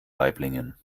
waiblingen